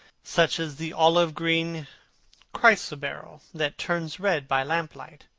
such as the olive-green chrysoberyl that turns red by lamplight,